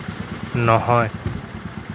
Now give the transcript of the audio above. নহয়